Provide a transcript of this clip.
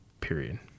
Period